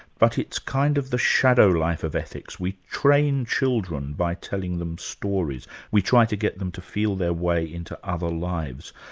but it's kind of the shadow life of ethics. we train children by telling them stories we try to get them to feel their way into other lives.